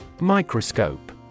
Microscope